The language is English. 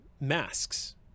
masks